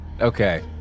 Okay